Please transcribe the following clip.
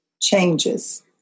changes